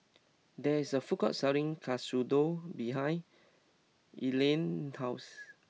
there is a food court selling katsudon behind Elena's house